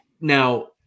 Now